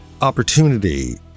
opportunity